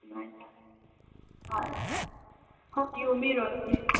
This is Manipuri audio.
ꯑꯗꯨꯃꯥꯏ ꯇꯧꯔꯁꯤ ꯍꯣꯏ ꯍꯣꯏ ꯌꯣꯝꯕꯤꯔꯣꯅꯦ